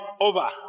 over